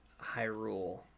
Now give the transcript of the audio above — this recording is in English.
Hyrule